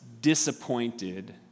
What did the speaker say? disappointed